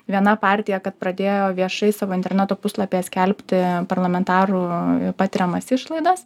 viena partija kad pradėjo viešai savo interneto puslapyje skelbti parlamentarų patiriamas išlaidas